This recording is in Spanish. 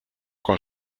con